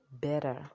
better